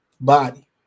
body